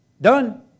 done